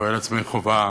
רואה לעצמי חובה